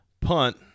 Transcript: punt